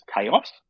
chaos